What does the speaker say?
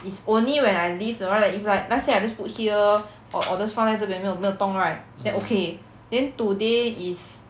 is only when I lift the right like if like let's say I just put here or or just 放在这边没有动 right then okay then today is